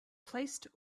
placed